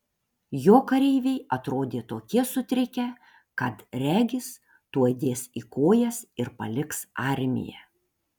jo kareiviai atrodė tokie sutrikę kad regis tuoj dės į kojas ir paliks armiją